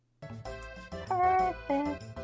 perfect